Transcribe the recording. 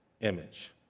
image